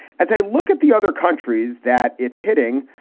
as i look at the other countries that it's hitting,